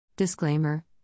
Disclaimer